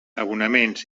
abonaments